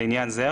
לעניין זה,